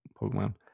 Pokemon